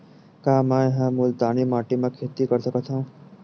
का मै ह मुल्तानी माटी म खेती कर सकथव?